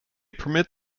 permit